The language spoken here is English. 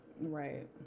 right